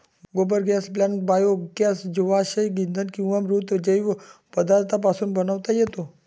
गोबर gas plant biogas जीवाश्म इंधन किंवा मृत जैव पदार्थांपासून बनवता येतो